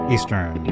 Eastern